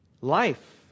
life